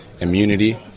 immunity